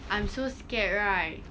I'm so scared right